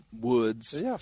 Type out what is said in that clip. woods